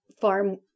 farm